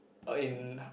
uh in